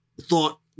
thought